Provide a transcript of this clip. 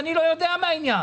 אני לא יודע מהעניין.